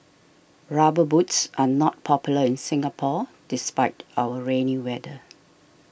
rubber boots are not popular in Singapore despite our rainy weather